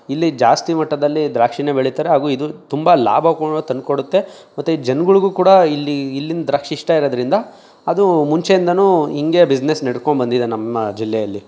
ಇಲ್ಲಿ ಜಾಸ್ತಿ ಮಟ್ಟದಲ್ಲಿ ದ್ರಾಕ್ಷಿಯೇ ಬೆಳೀತಾರೆ ಹಾಗೂ ಇದು ತುಂಬ ಲಾಭ ತಂದ್ಕೊಡುತ್ತೆ ಮತ್ತೆ ಜನಗಳ್ಗೂ ಕೂಡ ಇಲ್ಲಿ ಇಲ್ಲಿಂದ ದ್ರಾಕ್ಷಿ ಇಷ್ಟ ಇರೋದ್ರಿಂದ ಅದು ಮುಂಚಿನಿಂದಲೂ ಹಿಂಗೇ ಬಿಸ್ನೆಸ್ ನಡ್ಕೊಂಡು ಬಂದಿದೆ ನಮ್ಮ ಜಿಲ್ಲೆಯಲ್ಲಿ